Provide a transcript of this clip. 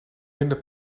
minder